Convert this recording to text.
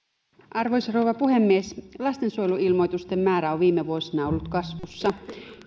arvoisa rouva puhemies lastensuojeluilmoitusten määrä on viime vuosina ollut kasvussa